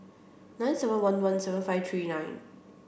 nine seven one one seven five three nine